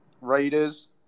Raiders